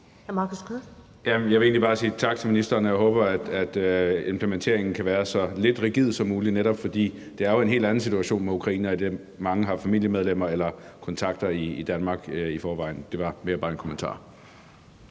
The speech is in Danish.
Jeg vil egentlig bare sige tak til ministeren, og jeg håber, at implementeringen kan være så lidt rigid som muligt, netop fordi det jo er en helt anden situation med ukrainere, idet mange har familiemedlemmer eller kontakter i Danmark i forvejen. Det var mere bare en kommentar.